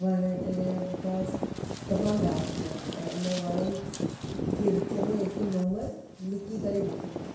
वण टिण ॿूटास तमामु डार्क हुया ऐं उन वणनि जे विच में हिकु लोमड़ लिकी करे वेठो हुओ